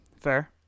Fair